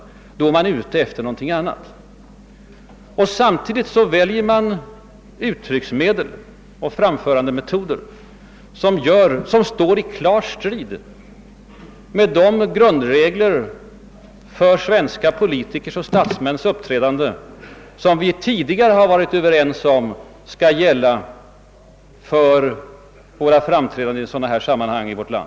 Det visar att han var ute efter någonting annat. Samtidigt väljer man uttrycksmedel och framförandemetoder som står i klar strid med de grundregler för svenska politikers och statsmäns uppträdande som vi tidigare varit överens om skall gälla vid våra framträdanden i sådana här sammanhang.